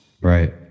Right